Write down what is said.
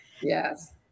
Yes